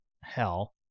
hell